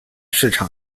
市场